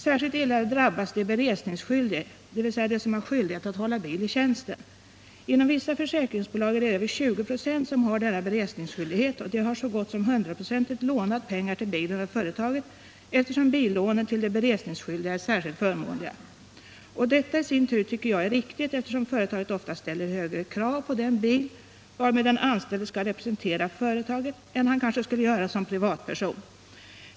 Särskilt illa drabbas de beresningsskyldiga, dvs. de som har skyldighet att hålla bil i tjänsten. Inom vissa försäkringsbolag är det över 20 96 som har denna beresningsskyldighet, och så gott som alla av dessa har lånat pengar till bilen av företaget, eftersom billånen till de beresningsskyldiga är särskilt förmånliga. Och detta tycker jag i sin tur är riktigt, eftersom företaget ofta ställer högre krav på den bil varmed den anställde skall representera företaget än han kanske skulle göra som privatperson.